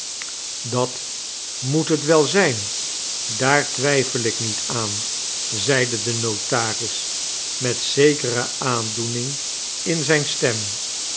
dat moet het wel zijn daar twijfel ik niet aan zeide de notaris met zekere aandoening in zijne stem